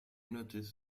notice